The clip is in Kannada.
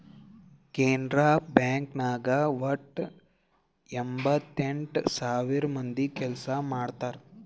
ಕೆನರಾ ಬ್ಯಾಂಕ್ ನಾಗ್ ವಟ್ಟ ಎಂಭತ್ತೆಂಟ್ ಸಾವಿರ ಮಂದಿ ಕೆಲ್ಸಾ ಮಾಡ್ತಾರ್